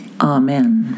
Amen